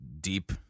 deep